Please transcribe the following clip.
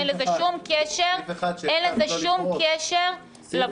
אין לזה שום קשר --- סעיף 1 שהבטחת לא לפרוש.